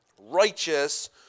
righteous